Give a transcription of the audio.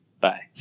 Bye